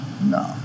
No